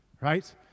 Right